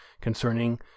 concerning